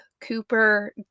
Cooper